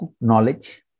knowledge